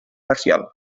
parcial